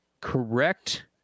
Correct